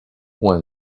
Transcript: one